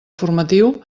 formatiu